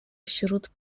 wśród